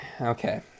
Okay